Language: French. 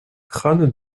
crâne